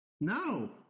No